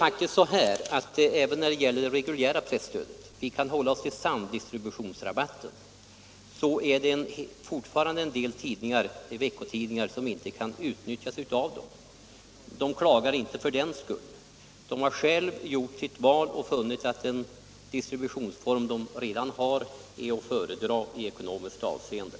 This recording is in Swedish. Även när det gäller det reguljära presstödet — vi kan hålla oss till samdistributionsrabatten — är det fortfarande en del tidningar som inte kan utnyttja stödet. De klagar inte för den skull. De har själva gjort sitt val och funnit att den distributionsform de redan har är att föredra i ekonomiskt avseende.